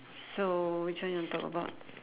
so which one you wanna talk about